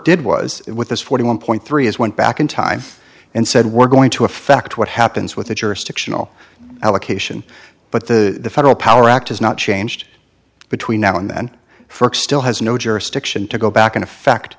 did was with this forty one point three is went back in time and said we're going to affect what happens with the jurisdictional allocation but the federal power act has not changed between now and then for it still has no jurisdiction to go back in effect